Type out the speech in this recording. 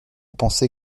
penser